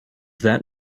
that